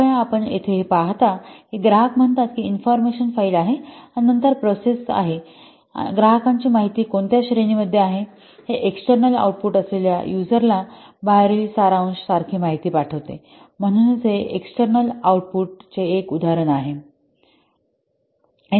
कृपया आपण येथे हे पहाता की ग्राहक म्हणतात इन्फॉर्मेशन फाइल आहे आणि नंतर प्रोसेस आहे ग्राहकांची माहिती कोणत्या श्रेणीमध्ये आहे हे एक्सटर्नल आउटपुट असलेल्या युजरला बाहेरील सारांश सारखी माहिती पाठवते म्हणूनच हे एक्सटर्नल आऊटपुट चे एक उदाहरण आहे